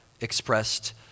expressed